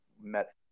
met